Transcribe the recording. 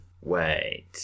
Wait